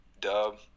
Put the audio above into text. Dub